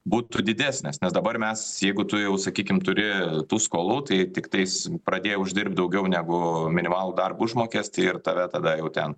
būtų didesnės nes dabar mes jeigu tu jau sakykim turi tų skolų tai tiktais pradėjo uždirbt daugiau negu minimalų darbo užmokestį ir tave tada jau ten